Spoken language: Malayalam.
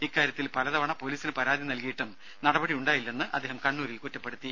ഇക്കാര്യത്തിൽ പലതവണ പൊലീസിന് പരാതി നൽകിയിട്ടും നടപടി ഉണ്ടായില്ലെന്നും അദ്ദേഹം കണ്ണൂരിൽ അറിയിച്ചു